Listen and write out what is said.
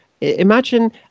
imagine